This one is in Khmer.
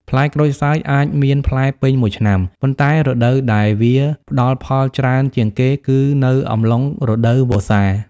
ផ្លែក្រូចសើចអាចមានផ្លែពេញមួយឆ្នាំ ប៉ុន្តែរដូវដែលវាផ្ដល់ផលច្រើនជាងគេគឺនៅអំឡុង រដូវវស្សា។